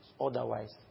otherwise